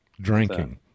drinking